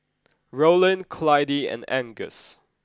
Rollin Clydie and Angus